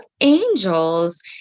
angels